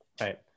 Right